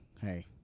hey